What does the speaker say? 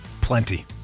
Plenty